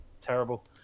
terrible